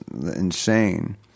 insane